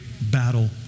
battle